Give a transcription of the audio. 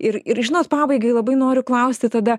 ir ir žinot pabaigai labai noriu klausti tada